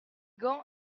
gants